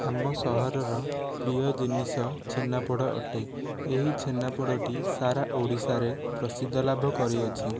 ଆମ ସହରର ପ୍ରିୟ ଜିନିଷ ଛେନାପୋଡ଼ ଅଟେ ଏହି ଛେନାପୋଡ଼ଟି ସାରା ଓଡ଼ିଶାରେ ପ୍ରସିଦ୍ଧ ଲାଭ କରିଅଛି